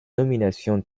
nomination